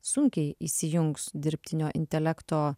sunkiai įsijungs dirbtinio intelekto